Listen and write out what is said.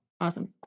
Awesome